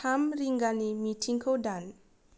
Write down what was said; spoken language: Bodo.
थाम रिंगानि मिटिंखौ दान